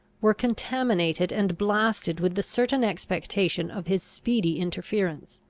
were contaminated and blasted with the certain expectation of his speedy interference.